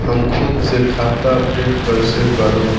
हम खुद से खाता अपडेट कइसे करब?